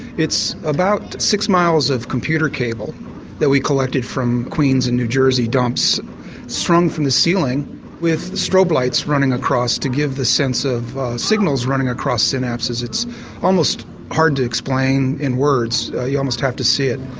it's about six miles of computer cable that we collected from queens and new jersey dumps strung from the ceiling with strobe lights running across to give the sense of signals running across synapses, it's almost hard to explain in words you almost have to see it.